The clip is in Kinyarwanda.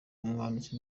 umwanditsi